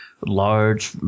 large